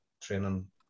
training